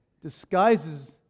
disguises